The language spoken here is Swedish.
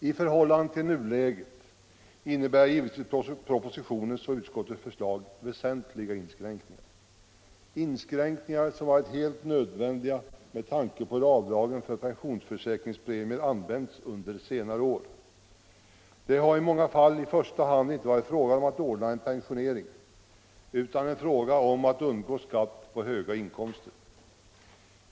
I förhållande till nuläget innebär givetvis propositionens och utskottets förslag väsentliga inskränkningar, inskränkningar som varit helt nödvändiga med tanke på hur avdragen för pensionsförsäkringspremier använts under senare år. Det har i många fall i första hand inte varit fråga om att ordna en pensionering, utan en fråga om att undgå skatt på höga inkomster.